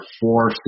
four